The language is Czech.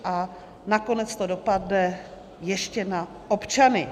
A nakonec to dopadne ještě na občany.